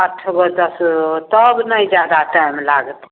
आठ गो तक तब नहि ज्यादा टाइम लागतै